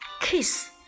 kiss